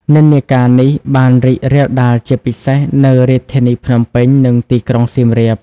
និន្នាការនេះបានរីករាលដាលជាពិសេសនៅរាជធានីភ្នំពេញ និងទីក្រុងសៀមរាប។